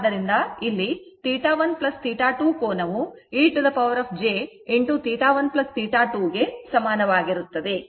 ಆದ್ದರಿಂದ ಇಲ್ಲಿ θ1 θ2 ಕೋನವು e jθ1 θ2 ಗೆ ಸಮಾನವಾಗಿರುತ್ತದೆ